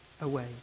away